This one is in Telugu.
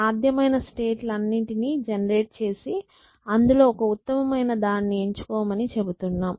సాధ్యమైన స్టేట్ లన్నిటిని జెనెరేట్ చేసి అందులో ఒక ఉత్తమైన దాన్ని ఎంచుకోమని చెబుతున్నాం